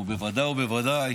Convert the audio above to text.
בוודאי ובוודאי